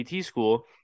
school